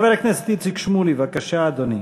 חבר הכנסת איציק שמולי, בבקשה, אדוני,